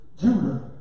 Judah